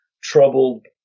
troubled